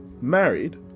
Married